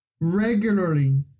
regularly